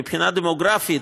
מבחינה דמוגרפית,